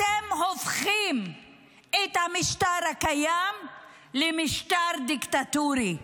אתם הופכים את המשטר הקיים למשטר דיקטטורי,